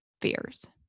fears